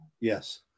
Yes